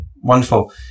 wonderful